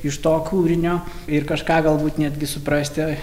iš to kūrinio ir kažką galbūt netgi suprasti